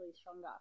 stronger